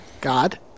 God